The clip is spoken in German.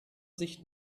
sich